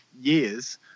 years